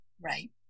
Right